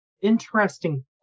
interesting